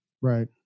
Right